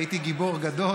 הייתי גיבור גדול